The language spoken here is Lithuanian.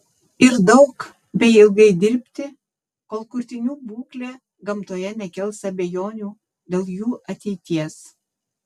ir daug bei ilgai dirbti kol kurtinių būklė gamtoje nekels abejonių dėl jų ateities